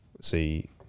see